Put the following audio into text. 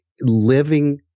living